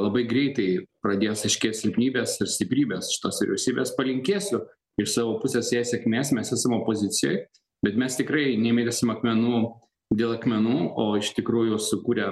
labai greitai pradės aiškėt silpnybės ir stiprybės šitos vyriausybės palinkėsiu iš savo pusės jai sėkmės mes esam opozicijoj bet mes tikrai nemėtysim akmenų dėl akmenų o iš tikrųjų sukūrę